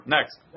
Next